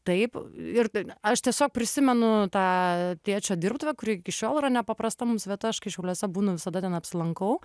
taip ir aš tiesiog prisimenu tą tėčio dirbtuvę kuri iki šiol yra nepaprasta mums vieta aš kai šiauliuose būnu visada ten apsilankau